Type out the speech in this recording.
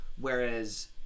whereas